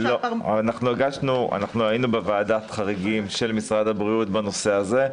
אנחנו היינו בוועדת חריגים של משרד הבריאות בנושא הזה.